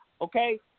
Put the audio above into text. okay